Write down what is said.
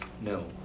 No